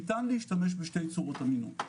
ניתן להשתמש בשתי צורות המינון.